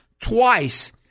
twice